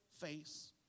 face